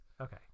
Okay